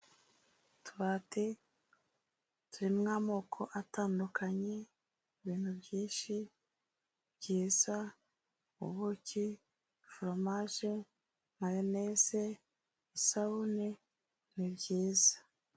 Utubati, turimo amoko atandukanye, ibintu byinshi, byiza, ubuki, foromaje, mayoneze, isabune, ni byiza.